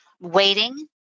waiting